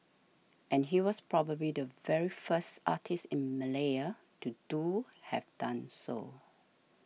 and he was probably the very first artist in Malaya to do have done so